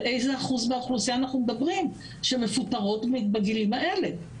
על איזה אחוז באוכלוסייה אנחנו מדברים שמפוטרות בגילאים האלה.